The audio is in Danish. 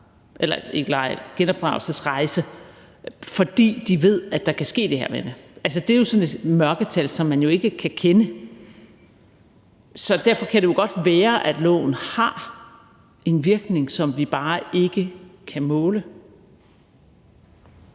deres børn på genopdragelsesrejse, fordi de ved, at der kan ske det her ved det. Altså, det er sådan et mørketal, som man jo ikke kan kende. Så derfor kan det jo godt være, at loven har en virkning, som vi bare ikke kan måle.